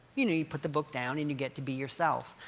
you know you put the book down and you get to be yourself.